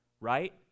right